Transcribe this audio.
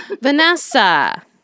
Vanessa